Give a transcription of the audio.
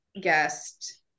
guest